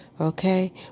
Okay